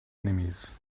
enemies